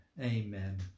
Amen